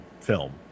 film